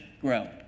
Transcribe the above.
grow